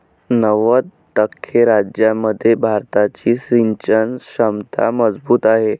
नव्वद टक्के राज्यांमध्ये भारताची सिंचन क्षमता मजबूत आहे